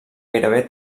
gairebé